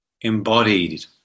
embodied